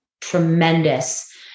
tremendous